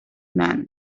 man